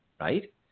right